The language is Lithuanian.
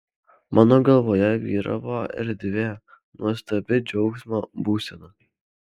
mano galvoje vyravo erdvė nuostabi džiaugsmo būsena